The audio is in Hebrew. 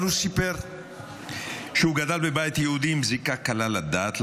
אבל הוא סיפר שהוא גדל בבית יהודי עם זיקה קלה לדת,